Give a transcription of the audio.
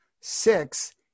Six